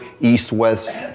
east-west